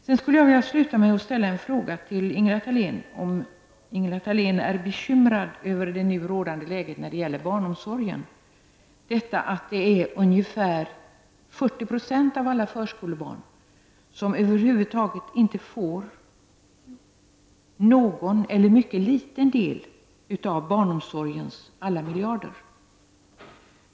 Jag skulle vilja sluta med att ställa en fråga till Ingela Thalén: Är Ingela Thalén bekymrad över det nuvarande läget när det gäller barnomsorgen, att det är ungefär 40 % av alla förskolebarn som över huvud taget inte får någon eller mycket liten del av barnomsorgens alla miljarder?